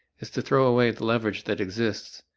is to throw away the leverage that exists,